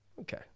Okay